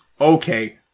Okay